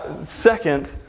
Second